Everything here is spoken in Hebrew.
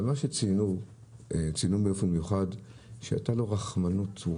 אבל מה שציינו באופן מיוחד זה שהייתה לו רחמנות הוא